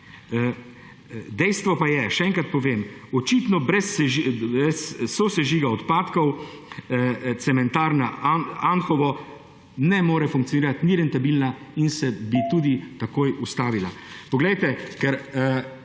Dejstvo pa je, še enkrat povem, očitno brez sosežiga odpadkov cementarna Anhovo ne more funkcionirati, ni rentabilna in se bi tudi takoj ustavila. Poglejte, ker